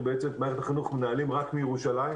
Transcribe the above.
בעצם את מערכת החינוך מנהלים רק מירושלים,